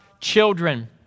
children